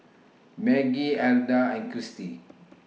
Maggie Elda and Christy